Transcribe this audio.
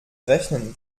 rechnen